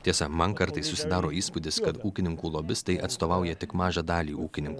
tiesa man kartais susidaro įspūdis kad ūkininkų lobistai atstovauja tik mažą dalį ūkininkų